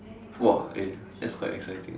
!wah! eh that's quite exciting eh